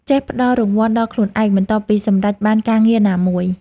ចេះផ្ដល់រង្វាន់ដល់ខ្លួនឯង បន្ទាប់ពីសម្រេចបានការងារណាមួយ។